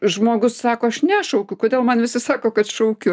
žmogus sako aš nešaukiu kodėl man visi sako kad šaukiu